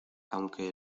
aunque